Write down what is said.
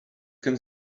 can